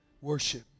worship